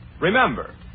Remember